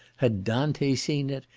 had dante seen it,